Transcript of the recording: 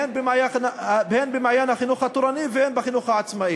הן ב"מעיין החינוך התורני" והן בחינוך העצמאי.